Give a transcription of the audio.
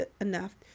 enough